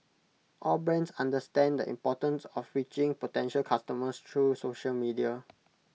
all brands understand the importance of reaching potential customers through social media